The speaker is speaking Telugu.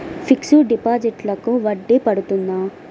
ఫిక్సడ్ డిపాజిట్లకు వడ్డీ పడుతుందా?